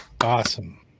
Awesome